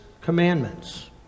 commandments